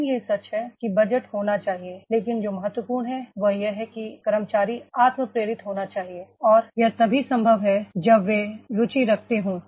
लेकिन यह सच है कि बजट होना चाहिए लेकिन जो महत्वपूर्ण है वह यह है कि कर्मचारी आत्म प्रेरित होना चाहिए और यह तभी संभव है जब वे रुचि रखते हों